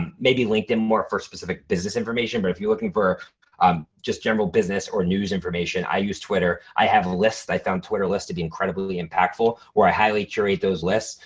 and maybe linkedin more for specific business information, but if you're looking for um just general business or news information, i use twitter. i have lists. i found twitter lists to be and impactful where i highly curated those lists.